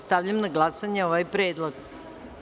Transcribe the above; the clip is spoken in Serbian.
Stavljam na glasanje ovaj predlog.